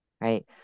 right